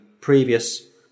previous